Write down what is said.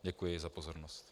Děkuji za pozornost.